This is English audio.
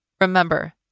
Remember